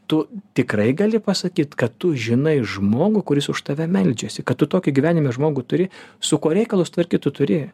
tu tikrai gali pasakyt kad tu žinai žmogų kuris už tave meldžiasi kad tu tokį gyvenime žmogų turi su kuo reikalus tvarkyt tu turi